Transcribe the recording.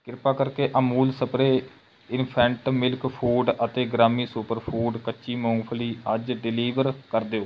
ਕਿਰਪਾ ਕਰਕੇ Amul spray infant milk food ਅਤੇ ਗ੍ਰਾਮੀ ਸੁਪਰਫੂਡ ਕੱਚੀ ਮੂੰਗਫਲੀ ਅੱਜ ਡਿਲੀਵਰ ਕਰ ਦਿਓ